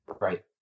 right